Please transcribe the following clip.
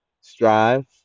strive